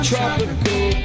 Tropical